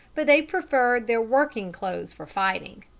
but they preferred their working-clothes for fighting.